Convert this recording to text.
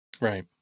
Right